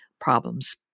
problems